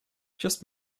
just